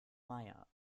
meier